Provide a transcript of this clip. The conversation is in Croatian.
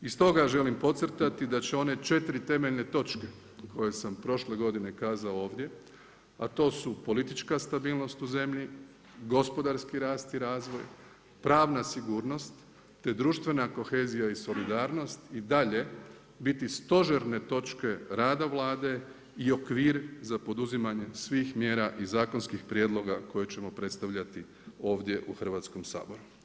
I stoga želim podcrtati da će one 4 temeljne točke koje sam prošle godine kazao ovdje a to su politička stabilnost u zemlji, gospodarski rast i razvoj, pravna sigurnost te društvena kohezija i solidarnost i dalje biti stožerne točke rada Vlade i okvir za poduzimanje svih mjera i zakonskih prijedloga koje ćemo predstavljati ovdje u Hrvatskom saboru.